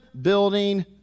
building